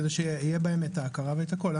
כדי שיהיה בהם את ההכרה ואת הכול.